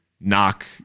knock